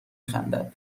خندد